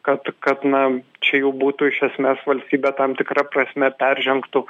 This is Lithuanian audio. kad kad na čia jau būtų iš esmės valstybė tam tikra prasme peržengtų